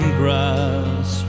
grass